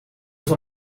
van